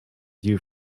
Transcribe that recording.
view